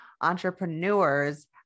entrepreneurs